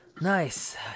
Nice